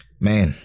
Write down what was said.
man